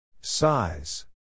Size